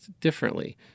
differently